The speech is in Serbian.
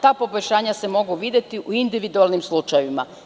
Ta poboljšanja se mogu videti u individualnim slučajevima.